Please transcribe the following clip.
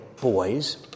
boys